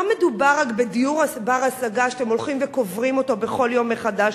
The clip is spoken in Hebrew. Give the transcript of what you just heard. לא מדובר רק בדיור בר-השגה שאתם הולכים וקוברים בכל יום מחדש.